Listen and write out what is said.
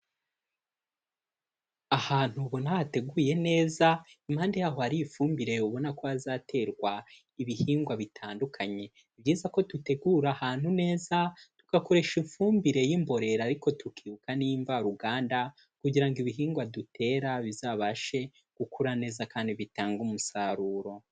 Ahantu ubona hateguye neza, impande yaho hari ifumbire, ubona ko hazaterwa ibihingwa bitandukanye, ni byiza ko dutegura ahantu neza tugakoresha ifumbire y'imborera ariko tukibuka n'imvaruganda, kugira ngo ibihingwa dutera bizabashe gukura neza kandi bitange umusaruro.